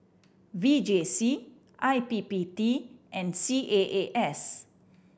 V J C I P P T and C A A S